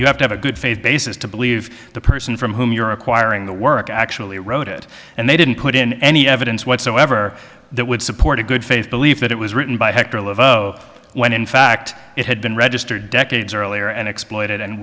you have to have a good faith basis to believe the person from whom you're acquiring the work actually wrote it and they didn't put in any evidence whatsoever that would support a good faith belief that it was written by hector lavoe when in fact it had been registered decades earlier and exploited and